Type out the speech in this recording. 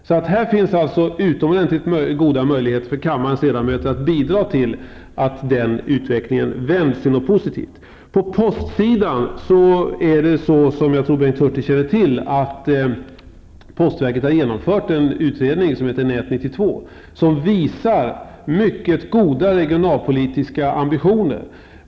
Kammarens ledamöter har alltså utomordentligt goda möjligheter att bidra till att utvecklingen vänds till något positivt. På postsidan är det så, som jag tror att Bengt Hurtig känner till, att postverket har genomfört en utredning, NÄT 92, som visar mycket goda regionalpolitiska ambitioner.